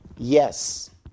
Yes